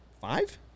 five